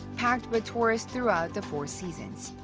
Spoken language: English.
packed with tourists throughout the four seasons.